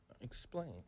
Explain